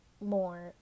more